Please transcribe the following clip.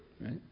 right